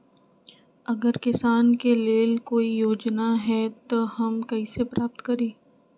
अगर किसान के लेल कोई योजना है त हम कईसे प्राप्त करी?